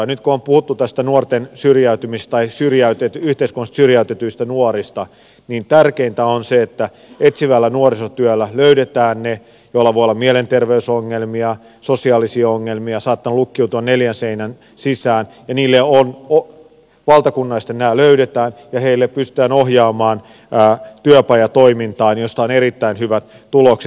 nyt kun on puhuttu tästä nuorten syrjäytymisestä tai yhteiskunnasta syrjäytetyistä nuorista niin tärkeintä on se että etsivällä nuorisotyöllä löydetään ne joilla voi olla mielenterveysongelmia sosiaalisia ongelmia jotka ovat saattaneet lukkiutua neljän seinän sisään että valtakunnallisesti nämä löydetään ja heidät pystytään ohjaamaan työpajatoimintaan josta on erittäin hyvät tulokset